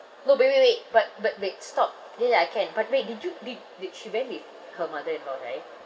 no wait wait wait but but they stop then then I can but wait did you did did she went with her mother in law right